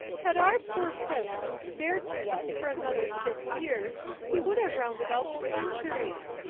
had our poor friend been spared to us for another six years he would have rounded out the century.